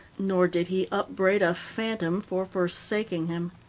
nor did he upbraid a phantom for forsaking him.